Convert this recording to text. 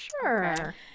sure